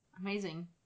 Amazing